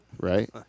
Right